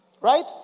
right